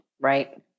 Right